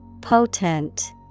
Potent